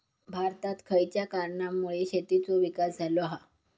भारतात खयच्या कारणांमुळे शेतीचो विकास झालो हा?